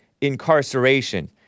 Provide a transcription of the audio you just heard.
incarceration